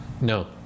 No